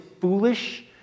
foolish